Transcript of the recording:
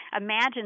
imagine